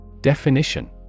Definition